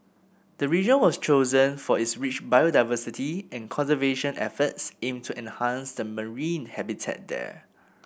the region was chosen for its rich biodiversity and conservation efforts aim to enhance the marine habitat there